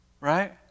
Right